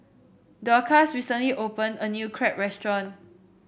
Dorcas recently opened a new Crepe Restaurant